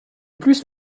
plus